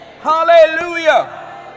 hallelujah